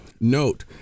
Note